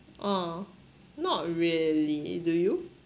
oh not really do you